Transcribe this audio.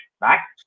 back